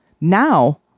Now